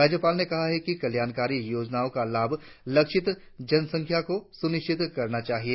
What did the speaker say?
राज्यपाल ने कहा कि कल्याणकारी योजनाओं का लाभ लक्षित जनसंख्या को सुनिश्चित करना होगा